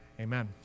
amen